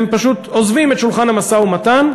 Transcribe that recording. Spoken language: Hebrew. הם פשוט עוזבים את שולחן המשא-ומתן,